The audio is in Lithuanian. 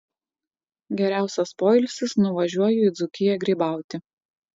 geriausias poilsis nuvažiuoju į dzūkiją grybauti